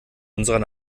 unserer